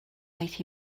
aeth